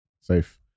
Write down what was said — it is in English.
Safe